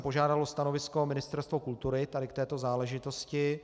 Požádal jsem o stanovisko Ministerstvo kultury tady v této záležitosti.